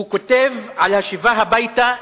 הוא כותב על השיבה הביתה,